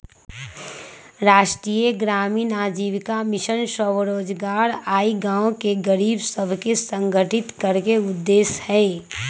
राष्ट्रीय ग्रामीण आजीविका मिशन स्वरोजगार आऽ गांव के गरीब सभके संगठित करेके उद्देश्य हइ